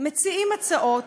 מציעים הצעות,